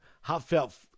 heartfelt